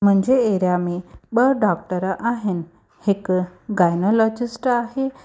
मुंहिंजे एरिया में ॿ डॉक्टर आहिनि हिकु गायनोलॉजिस्ट आहे